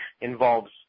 involves